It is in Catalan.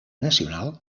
nacional